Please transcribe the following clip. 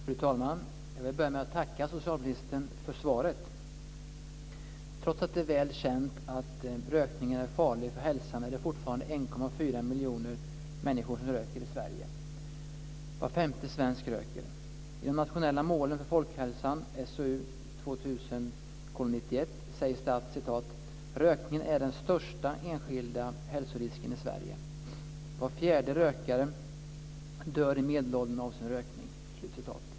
Fru talman! Jag vill börja med att tacka socialministern för svaret. Trots att det är väl känt att rökningen är farlig för hälsan är det fortfarande 1,4 miljoner människor som röker i Sverige. Var femte svensk röker. 2000:91, sägs det att rökningen är den största enskilda hälsorisken i Sverige och att var fjärde rökare dör i medelåldern av sin rökning.